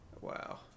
Wow